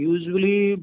Usually